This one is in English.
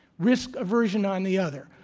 risk aversion on the other,